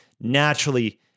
naturally